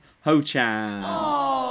Ho-chan